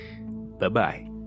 bye-bye